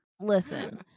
Listen